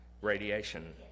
radiation